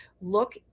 look